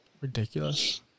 ridiculous